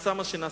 נעשה מה שנעשה.